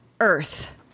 Earth